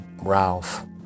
Ralph